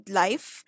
life